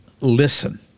Listen